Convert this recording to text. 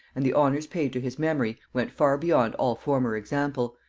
and the honors paid to his memory, went far beyond all former example,